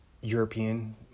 European